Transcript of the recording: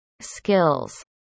skills